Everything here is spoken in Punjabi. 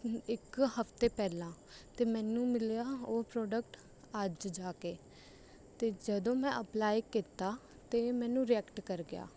ਇੱਕ ਹਫ਼ਤੇ ਪਹਿਲਾਂ ਅਤੇ ਮੈਨੂੰ ਮਿਲਿਆ ਉਹ ਪ੍ਰੋਡਕਟ ਅੱਜ ਜਾ ਕੇ ਅਤੇ ਜਦੋਂ ਮੈਂ ਅਪਲਾਈ ਕੀਤਾ ਅਤੇ ਮੈਨੂੰ ਰੀਐਕਟ ਕਰ ਗਿਆ